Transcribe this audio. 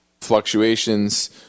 fluctuations